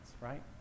right